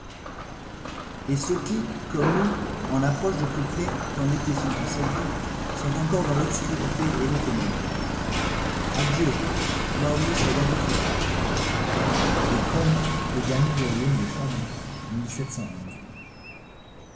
et ceux qui comme nous en approchent de plus près tandis qu'ils sont en cette vie sont encore dans l'obscurité et les ténèbres adieu mahomet soit dans votre cœur à com le dernier de la lune de chahban